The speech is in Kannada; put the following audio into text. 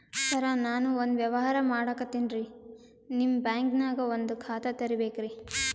ಸರ ನಾನು ಒಂದು ವ್ಯವಹಾರ ಮಾಡಕತಿನ್ರಿ, ನಿಮ್ ಬ್ಯಾಂಕನಗ ಒಂದು ಖಾತ ತೆರಿಬೇಕ್ರಿ?